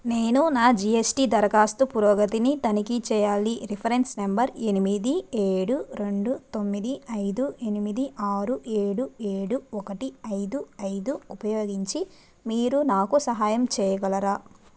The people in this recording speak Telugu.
నేను నా జి ఎస్ టి దరఖాస్తు పురోగతిని తనిఖీ చేయాలి రిఫరెన్స్ నంబర్ ఎనిమిది ఏడు రెండు తొమ్మిది ఐదు ఎనిమిది ఆరు ఏడు ఏడు ఒకటి ఐదు ఐదు ఉపయోగించి మీరు నాకు సహాయం చేయగలరా